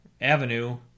Avenue